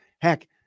Heck